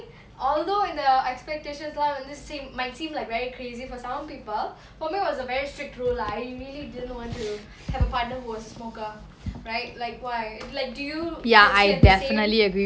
although in the expectations lah might seem like very crazy for some people for me it was a very strict rule lah I really didn't want to have a partner who was smoker right like why like do you basically have the same